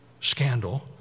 scandal